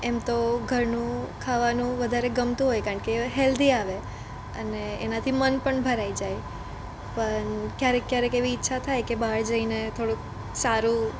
એમ તો ઘરનું ખાવાનું વધારે ગમતું હોય કારણ કે હેલ્ધી આવે અને એનાથી મન પણ ભરાઈ જાય પણ ક્યારેક ક્યારેક એવી ઈચ્છા થાય કે બહાર જઈને થોડુંક સારું